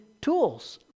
tools